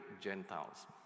Gentiles